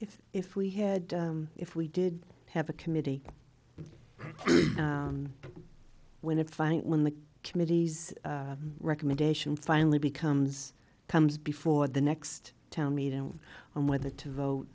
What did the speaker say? if if we had if we did have a committee when a fine when the committee's recommendations finally becomes comes before the next town meeting and whether to vote